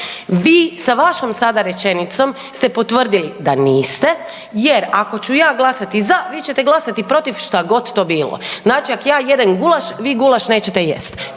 vi sa vašom sada rečenicom ste sada potvrdili da niste, jer ako ću ja glasati za, vi ćete glasati protiv šta god to bilo, znači ako ja jedem gulaš, vi gulaš nećete jesti.